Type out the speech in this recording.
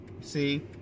see